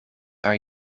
are